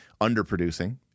underproducing